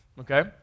Okay